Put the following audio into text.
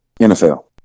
NFL